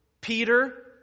Peter